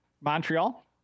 Montreal